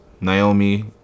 Naomi